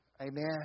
amen